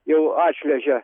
jau atšliuožė